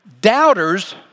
doubters